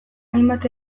hainbat